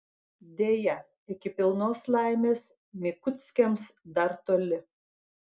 deja iki pilnos laimės mikuckiams dar toli